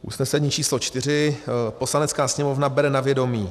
Usnesení číslo 4: Poslanecká sněmovna bere na vědomí